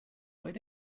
where